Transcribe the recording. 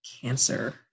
Cancer